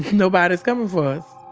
nobody's coming for us.